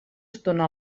estona